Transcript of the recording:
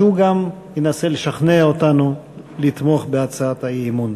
והוא גם ינסה לשכנע אותנו לתמוך בהצעת האי-אמון.